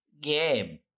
game